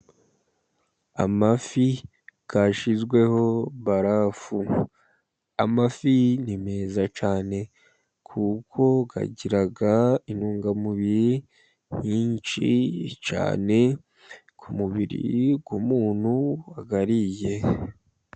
Amafi yashyizweho barafu, amafi ni meza cyane, kuko agira intungamubiri nyinshi cyane, ku mubiri w'umuntu wayariye.